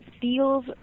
feels